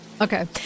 Okay